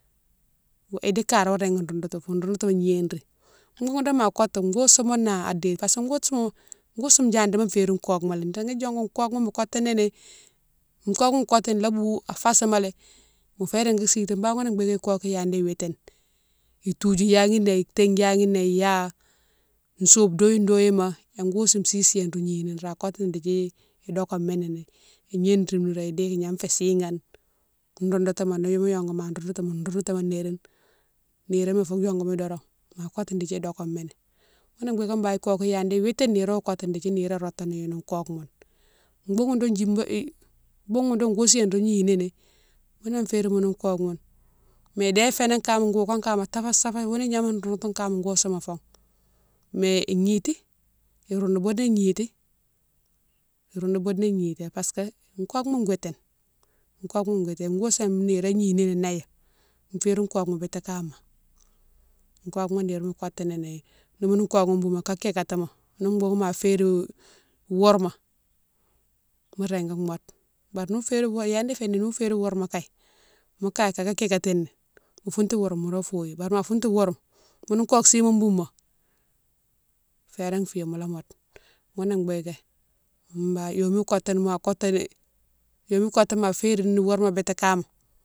Idi kare wo régui roundoutou fou roundoutouma gnéri, boughoune dou ma kotou goustou moune na déye, parce que goustouma, goustouma djadima férine kokouma lé, régui diongoni kokouma mo kotoughi ni, kokou mo kotou la bou afasamalé mo fé régui siti bane ghounné bigué ikoke yadé witine, itoudjou yadi dé, itingue yadi né iya, soube douine douine ma ya goustou si siya nro gnini ni nr a kotou dékdi idoké moni ni, ignétime idi gna fé sigane, roundoutouma nimo yongouni ma roundoutou moune, roundoutouma nérine, niroma ifou yongouni doron ma kotini dékdi idokémini. Ghounné bigué bane ikokou yadi witine nirone wo kotou dékdi niroma rotane younou kokou moune, boughoune dou jumbo boughoune dou goustou yane nro gni nini ghounné férine ghounou kokou ghoune mé dé fénan ka kougone kama ghounou gnama roundoutou kama goustouma fo mé ignity, iroundou boude ignity, iroundou boude ignity parce que kokouma witine, kokouma witine goustou ya nirone gni ni néyan férine kokouma biti kama, kokouma nirema kokou nini, ni ghounou kokouma boumo ka kékatimo ni boughoune ma férine wourma mo régui mode bari ni mo férine wourma yadi féni, nimo férine woure ma kaye mo kaye kaka kikatini mo foutou wourma mola foyine bari ma fountou wourma ghoune koke si ghoune boumo férin fiyé mola mode ghounné bigué bane yomé mo kotini ma kotini, yomé kotouni ma férine wourma biti kama.